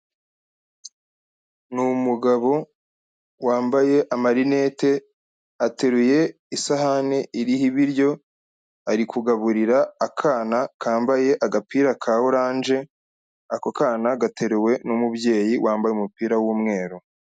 Ni umugabo wambaye amarinete ateruye isahani iriho ibiryo, ari kugaburira akana kambaye agapira ka orange ako kana gateruwe n'umubyeyi wambaye umupira w'umweru.